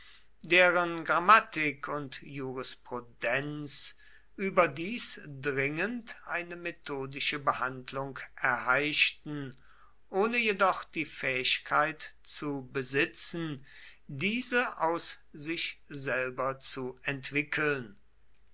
deren grammatik und jurisprudenz überdies dringend eine methodische behandlung erheischten ohne jedoch die fähigkeit zu besitzen diese aus sich selber zu entwickeln